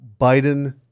Biden